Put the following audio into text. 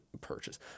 purchase